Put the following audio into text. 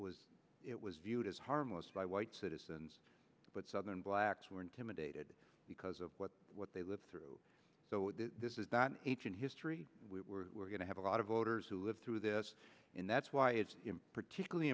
was it was viewed as harmless by white citizens but southern blacks were intimidated because of what they lived through so this is not ancient history we're going to have a lot of voters who live through this and that's why it's particularly